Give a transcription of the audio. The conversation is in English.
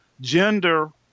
gender